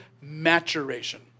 maturation